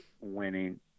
winning